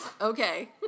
Okay